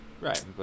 Right